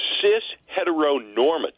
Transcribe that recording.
cis-heteronormative